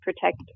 protect